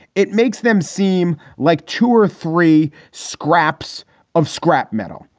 it makes them seem like two or three scraps of scrap metal.